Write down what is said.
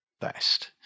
best